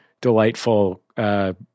delightful